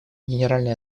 генеральной